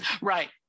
right